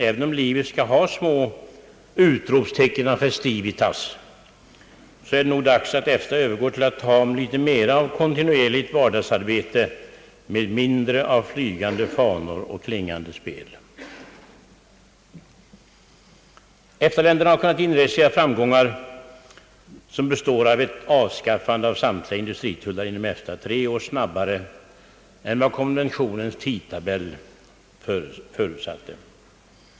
även om livet skall ha små utropstecken av festivitas är det nog dags att EFTA övergår till ett mera kontinuerligt vardagsarbete med mindre av flygande fanor och klingande spel. EFTA-länderna har kunnat inregistrera en stor framgång, bestående däri att alla industritullar inom EFTA avskaffats, tre år snabbare än vad konventionens tidtabell förutsatte.